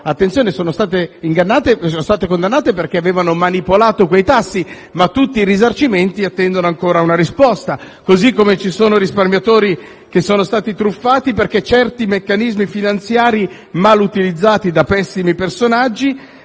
Attenzione, però: sono state condannate perché avevano manipolato quei tassi, ma tutti i risarcimenti attendono ancora una risposta. Così come ci sono risparmiatori che sono stati truffati perché certi meccanismi finanziari, male utilizzati da pessimi personaggi,